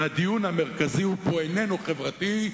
והדיון המרכזי איננו חברתי,